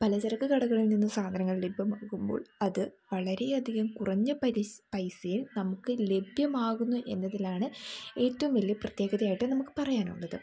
പലചരക്ക് കടകളിൽ നിന്ന് സാധനങ്ങൾ ലഭ്യമാകുമ്പോൾ അത് വളരെയധികം കുറഞ്ഞ പൈസ പൈസയില് നമുക്ക് ലഭ്യമാകുന്നു എന്നതിലാണ് ഏറ്റവും വലിയ പ്രത്യേകതയായിട്ട് നമുക്ക് പറയാനുള്ളത്